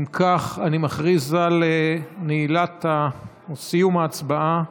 אם כך, אני מכריז על נעילה ועל סיום ההצבעה.